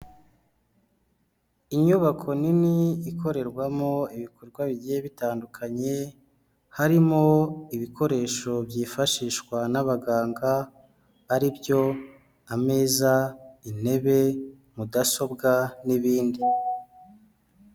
Inyubako nini ikorerwamo ibikorwa bigiye bitandukanye, harimo ibikoresho byifashishwa n'abaganga ari byo: ameza, intebe, mudasobwa n'ibindi.